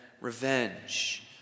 Revenge